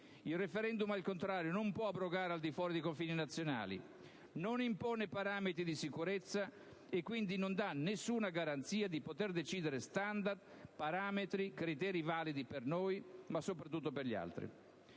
Il *referendum*, al contrario, non può abrogare al di fuori dei confini nazionali; non impone parametri di sicurezza, e quindi non dà nessuna garanzia di poter decidere *standard*, parametri, criteri validi per noi ma soprattutto per gli altri.